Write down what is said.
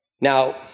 Now